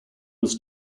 was